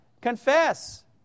confess